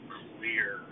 clear